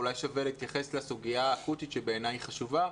אולי שווה להתייחס לסוגיה האקוטית שבעיניי היא חשובה,